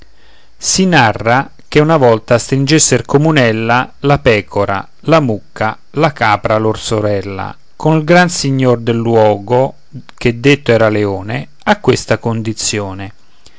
si narra che una volta stringesser comunella la pecora la mucca la capra lor sorella col gran signor del luogo che detto era leone a questa condizione